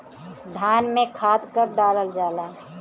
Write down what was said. धान में खाद कब डालल जाला?